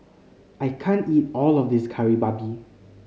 I can't eat all of this Kari Babi